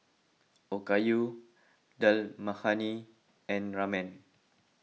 Okayu Dal Makhani and Ramen